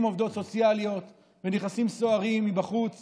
עובדות סוציאליות ונכנסים סוהרים מבחוץ